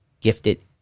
gifted